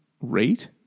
rate